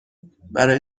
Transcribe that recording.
برای